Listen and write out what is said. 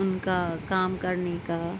اُن کا کام کرنے کا